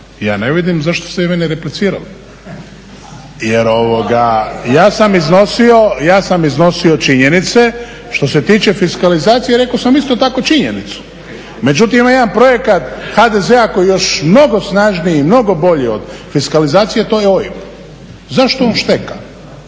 ja ne vidim zašto ste vi meni replicirali jer ja sam iznosio činjenice što se tiče fiskalizacije i rekao sam isto tako činjenicu. Međutim ima jedan projekat HDZ-a koji je još mnogo snažniji, mnogo bolji od fiskalizacije a to je OIB. Zašto on šteka?